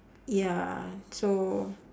ya so